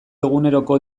eguneroko